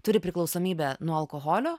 turi priklausomybę nuo alkoholio